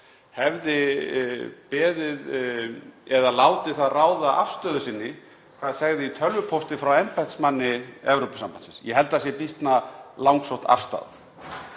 hefði látið það ráða afstöðu sinni hvað segði í tölvupósti frá embættismanni Evrópusambandsins. Ég held að það sé býsna langsótt afstaða.